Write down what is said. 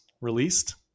released